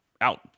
out